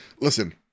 listen